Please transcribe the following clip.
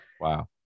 Wow